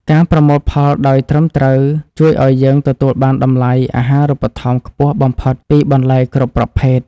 ការប្រមូលផលដោយត្រឹមត្រូវជួយឱ្យយើងទទួលបានតម្លៃអាហារូបត្ថម្ភខ្ពស់បំផុតពីបន្លែគ្រប់ប្រភេទ។